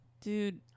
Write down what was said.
Dude